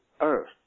earth